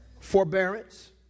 Forbearance